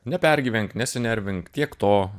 nepergyvenk nesinervink tiek to